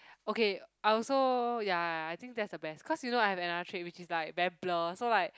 okay I also ya I think that's the best cause you know I have another trait which is like very blur so like